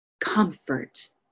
comfort